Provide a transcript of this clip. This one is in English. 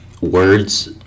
Words